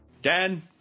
Dan